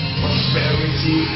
prosperity